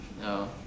No